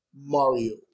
Mario